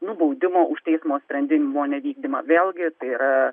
nubaudimo už teismo sprendimo nevykdymą vėlgi yra